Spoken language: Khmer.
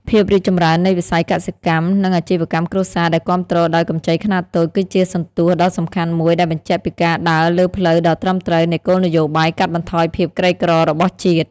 ភាពរីកចម្រើននៃវិស័យកសិកម្ម និងអាជីវកម្មគ្រួសារដែលគាំទ្រដោយកម្ចីខ្នាតតូច គឺជាសន្ទស្សន៍ដ៏សំខាន់មួយដែលបញ្ជាក់ពីការដើរលើផ្លូវដ៏ត្រឹមត្រូវនៃគោលនយោបាយកាត់បន្ថយភាពក្រីក្ររបស់ជាតិ។